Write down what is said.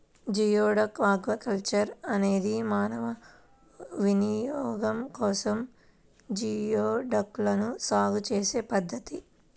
geoduck aquaculture అనేది మానవ వినియోగం కోసం జియోడక్లను సాగు చేసే పద్ధతి